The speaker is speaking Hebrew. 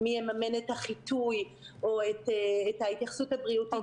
מי יממן את החיטוי או את ההתייחסות הבריאותית.